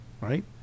right